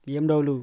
BMW